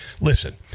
Listen